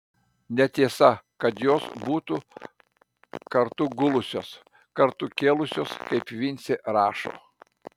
netiesa kad jos būtų kartu gulusios kartu kėlusios kaip vincė rašo